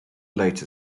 later